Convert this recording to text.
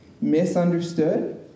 misunderstood